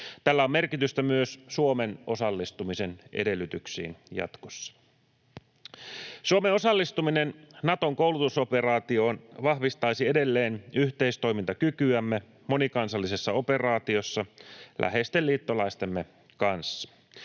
Tällä on merkitystä myös Suomen osallistumisen edellytyksille jatkossa. Suomen osallistuminen Naton koulutusoperaatioon vahvistaisi edelleen yhteistoimintakykyämme monikansallisessa operaatiossa läheisten liittolaistemme kanssa.